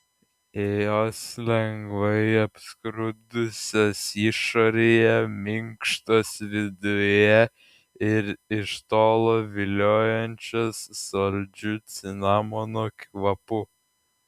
jos lengvai apskrudusios išorėje minkštos viduje ir iš tolo viliojančios saldžiu cinamono kvapu